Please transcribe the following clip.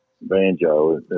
banjo